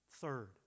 Third